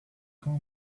call